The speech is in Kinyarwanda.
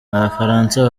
abafaransa